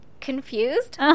confused